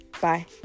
Bye